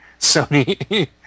Sony